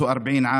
בן